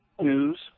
News